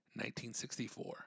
1964